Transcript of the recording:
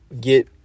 get